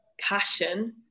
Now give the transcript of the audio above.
passion